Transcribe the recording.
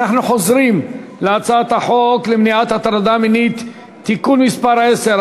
אנחנו חוזרים להצעת חוק למניעת הטרדה מינית (תיקון מס' 10),